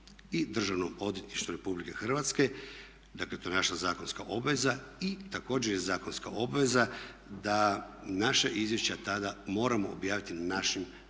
Državnom odvjetništvu Republike Hrvatske, dakle to je naša zakonska obveza, i također je zakonska obveza da naša izvješća tada moramo objaviti na našim mrežnim